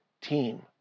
team